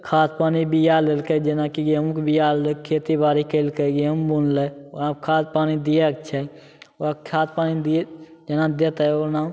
खाद पानि बीया लेलकै जेनाकि गेहूँके बीया खेतीबाड़ी केलकै गेहूँ बुनलै ओकरामे खाद पानि दिअके छै ओकरा खाद पानि दियै जेना देतै ओना